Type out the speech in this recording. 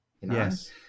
Yes